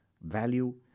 value